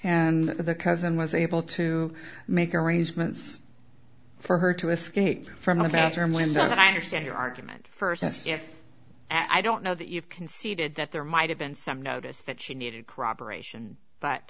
and the cousin was able to make arrangements for her to escape from the bathroom window and i understand your argument first if i don't know that you've conceded that there might have been some notice that she needed corroboration but